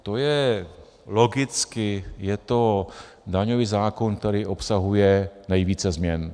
To je logicky daňový zákon, který obsahuje nejvíce změn.